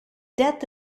death